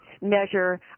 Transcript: measure